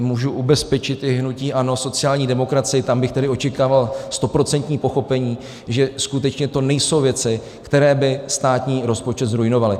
Můžu ubezpečit i hnutí ANO, sociální demokracii, tam bych tedy očekával stoprocentní pochopení, že skutečně to nejsou věci, které by státní rozpočet zruinovaly.